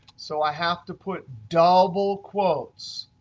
so i have to put double quotes.